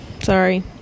Sorry